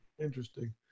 Interesting